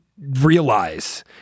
realize